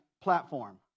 platform